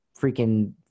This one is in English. freaking